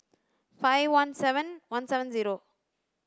five one seven one seven zero